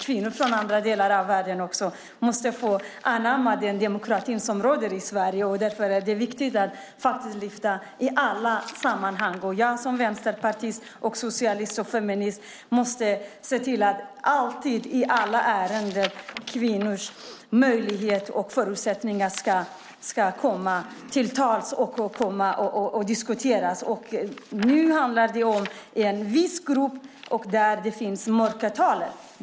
Kvinnor från andra delar av världen måste få anamma den demokrati som råder i Sverige. Det är viktigt att lyfta fram det i alla sammanhang. Jag som vänsterpartist, socialist och feminist måste alltid se till att i alla ärenden kvinnors möjligheter och förutsättningar diskuteras. Nu handlar det om en viss grupp där det finns mörkertal.